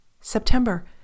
September